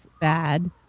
bad